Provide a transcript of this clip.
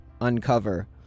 uncover